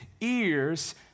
ears